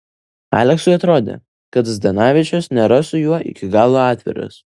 aleksui atrodė kad zdanavičius nėra su juo iki galo atviras